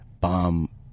bomb